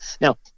Now